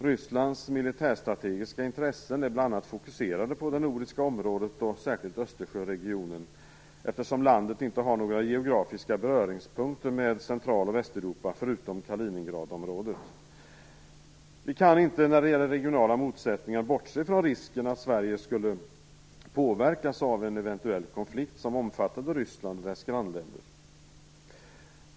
Rysslands militärstrategiska instressen är bl.a. fokuserade på det nordiska området och särskilt Östersjöregionen, eftersom landet inte har några geografiska beröringspunkter med Central och Västeuropa förutom Kaliningradområdet. Vi kan inte när det gäller regionala motsättningar bortse från risken att Sverige skulle påverkas av en eventuell konflikt som omfattade Ryssland och dess grannländer.